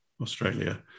Australia